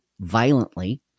violently